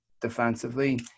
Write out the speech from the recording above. defensively